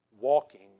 walking